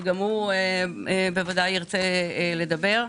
שגם הוא ודאי ירצה לדבר.